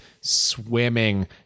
swimming